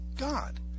god